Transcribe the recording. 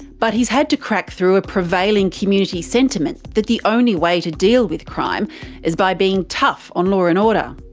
but he's had to crack through a prevailing community sentiment that the only way to deal with crime is by being tough on law and order.